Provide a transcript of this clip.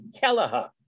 Kelleher